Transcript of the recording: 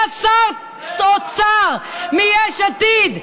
היה שר אוצר מיש עתיד.